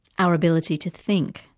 our ability to think.